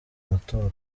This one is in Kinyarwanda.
matora